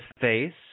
face